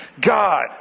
God